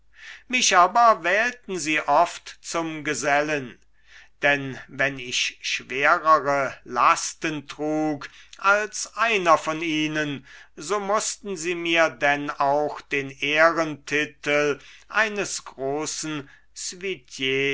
mich aber wählten sie oft zum gesellen denn wenn ich schwerere lasten trug als einer von ihnen so mußten sie mir denn auch den ehrentitel eines großen